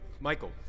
Michael